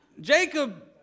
Jacob